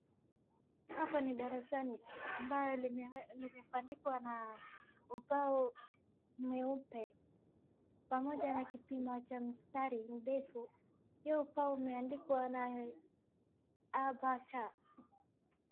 Hapa ni darasani, ambayo limebandikwa na ubao mweupe, pamoja na kipima cha mistari ndefu. Hiyo ubao imeandikwa na a,b,c.